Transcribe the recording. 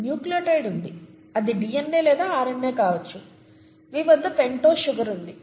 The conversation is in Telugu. న్యూక్లియోటైడ్ ఉంది అది డిఎన్ఏ లేదా ఆర్ఎన్ఏ కావచ్చు మీ వద్ద పెంటోస్ షుగర్ ఉంటుంది